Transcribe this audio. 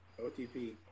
OTP